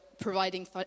providing